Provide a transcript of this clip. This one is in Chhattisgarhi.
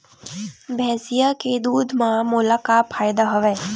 भैंसिया के दूध म मोला का फ़ायदा हवय?